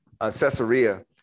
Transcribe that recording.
Caesarea